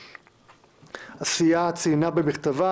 הסיעה ציינה במכתבה